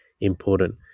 important